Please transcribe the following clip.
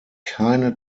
keine